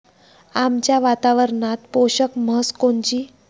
आमच्या वातावरनात पोषक म्हस कोनची?